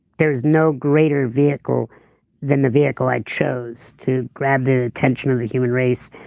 there's no greater vehicle than the vehicle i chose to grab the attention of the human race,